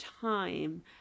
time